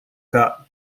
cotton